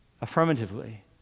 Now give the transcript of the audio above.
affirmatively